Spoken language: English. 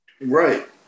Right